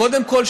קודם כול,